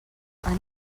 han